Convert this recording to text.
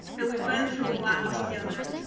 and we've been through a lot together,